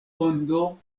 ondo